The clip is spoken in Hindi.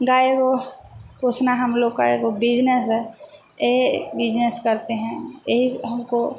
गाय हो पोछना हम लोग का एको बिजनेस है एह बिजनेस करते हैं एही से हमको